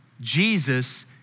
Jesus